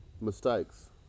mistakes